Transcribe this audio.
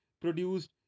produced